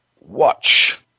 Watch